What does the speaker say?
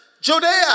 Judea